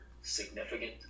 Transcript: significant